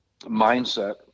mindset